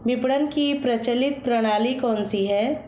विपणन की प्रचलित प्रणाली कौनसी है?